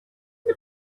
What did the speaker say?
mae